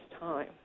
time